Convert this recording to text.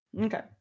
Okay